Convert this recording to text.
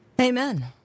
Amen